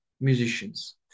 musicians